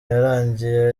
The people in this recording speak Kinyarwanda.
yarangiye